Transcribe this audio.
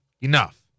enough